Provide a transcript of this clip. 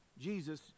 Jesus